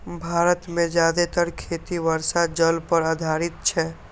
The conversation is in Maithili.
भारत मे जादेतर खेती वर्षा जल पर आधारित छै